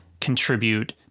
contribute